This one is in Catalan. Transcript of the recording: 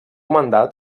mandat